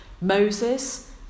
Moses